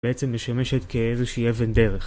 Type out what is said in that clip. בעצם משמשת כאיזושהי אבן דרך